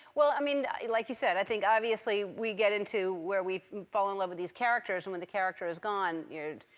well, i mean, like you said, i think obviously, we get into where we've fallen in love with these characters, and when the character is gone, you're,